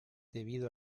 debido